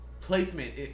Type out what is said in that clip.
placement